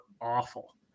awful